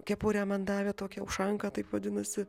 kepurę man davė tokią ušanką taip vadinasi